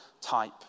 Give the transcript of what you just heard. type